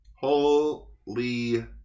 Holy